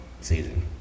season